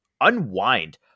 unwind